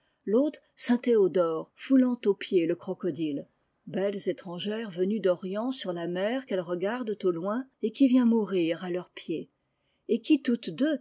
l'autre saint théodore foulant aux pieds le crocodile belles étrangères venues d'orient sur la mer qu'elles regardent au loin et qui vient mourir à leurs pieds et qui toutes deux